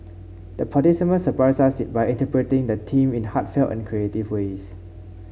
the participants surprised us by interpreting the theme in heartfelt and creative ways